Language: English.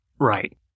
Right